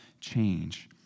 change